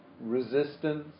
resistance